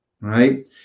right